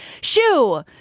shoo